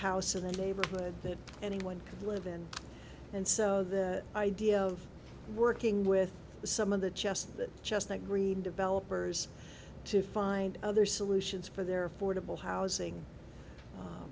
house in the neighborhood that anyone could live in and so the idea of working with some of the chest that just that green developers to find other solutions for their affordable housing